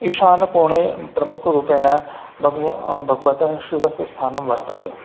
ईशानकोणे प्रमुखरूपेण भगव् भगवतः शिवस्य स्थानं वर्तते